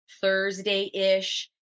Thursday-ish